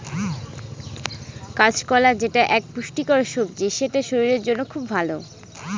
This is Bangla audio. কাঁচকলা যেটা এক পুষ্টিকর সবজি সেটা শরীরের জন্য খুব ভালো